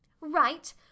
Right